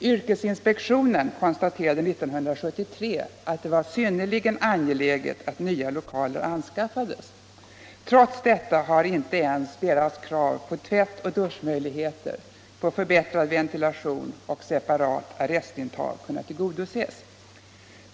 Yrkesinspektionen fastslog 1973 att det var synnerligen angeläget att nya lokaler anskaffades. Trots detta har inte ens kraven på tvättoch duschmöjligheter, förbättrad ventilation och separat arrestintag kunnat tillgodoses.